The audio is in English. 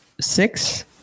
Six